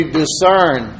discern